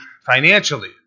financially